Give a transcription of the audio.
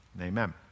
Amen